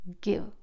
give